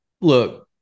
look